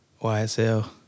YSL